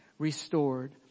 restored